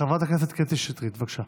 חברת הכנסת קטי שטרית, בבקשה.